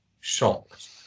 Shocked